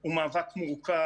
הוא מאבק מורכב,